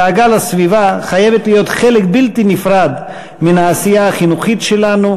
הדאגה לסביבה חייבת להיות חלק בלתי נפרד מן העשייה החינוכית שלנו,